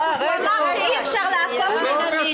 הוא אומר: אי אפשר לעקוף את החוק.